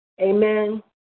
Amen